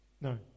No